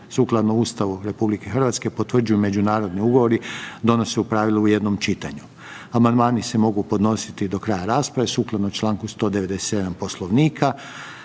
sukladno Ustavu RH potvrđuju međunarodni ugovori donose u pravilu u jednom čitanju. Amandmani se mogu podnositi do kraja rasprave sukladno čl. 197. Poslovnika.